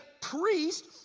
priest